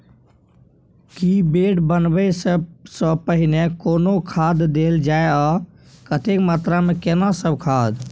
की bed बनबै सॅ पहिने कोनो खाद देल जाय आ कतेक मात्रा मे केना सब खाद?